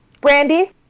Brandy